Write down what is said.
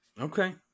Okay